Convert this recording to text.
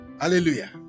hallelujah